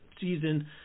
season